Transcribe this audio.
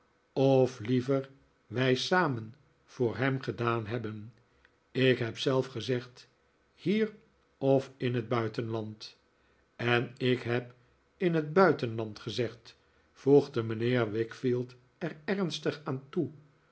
of liever wij samen voor hem gedaan hebben ik heb zelf gezegd hier of in het buitenland en ik heb in het buitenland gezegd voegde mijnheer wickfield er ernstig aan toe